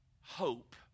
hope